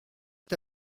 est